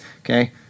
Okay